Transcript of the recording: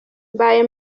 mbaye